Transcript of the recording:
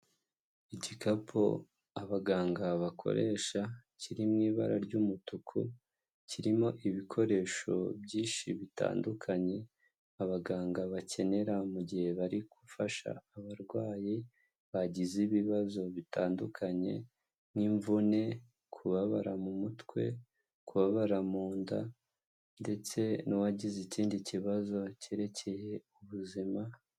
Igikapu abaganga bakoresha kiri mu ibara ry'umutuku, kirimo ibikoresho byinshi bitandukanye, abaganga bakenera mu gihe bari gufasha abarwayi, bagize ibibazo bitandukanye nk'imvune, kubabara mu mutwe, kubabara mu nda ndetse n'uwagize ikindi kibazo cyerekeye ubuzima.